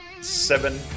seven